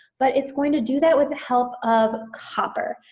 but it's going to do that with the help of copper.